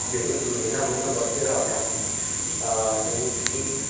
ବିଭିନ ଭିନ୍ନ ଭିନ୍ନ ଗୋଷ୍ଠୀର ଅଟନ୍ତି ଯେମିତିକି